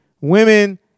Women